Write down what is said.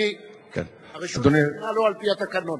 הרשות ניתנה לו על-פי התקנון.